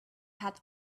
had